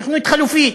תוכנית חלופית